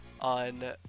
on